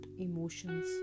emotions